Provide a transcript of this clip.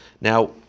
Now